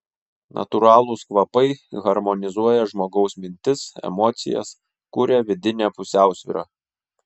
natūralūs kvapai harmonizuoja žmogaus mintis emocijas kuria vidinę pusiausvyrą